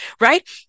right